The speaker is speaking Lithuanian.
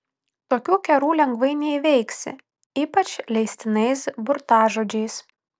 tokių kerų lengvai neįveiksi ypač leistinais burtažodžiais